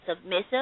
submissive